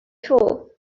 before